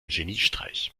geniestreich